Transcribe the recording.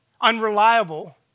unreliable